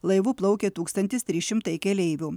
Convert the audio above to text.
laivu plaukė tūkstantis trys šimtai keleivių